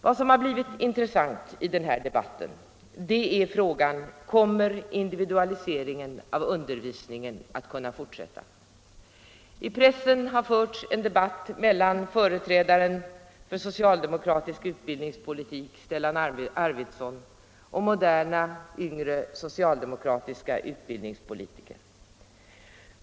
Vad som har blivit intressant i den här debatten är frågan: kommer individualiseringen av undervisningen att kunna fortsätta? I pressen har förts en debatt mellan företrädaren för socialdemokratisk utbildningspolitik Stellan Arvidson och moderna, yngre socialdemokratiska utbildningspolitiker.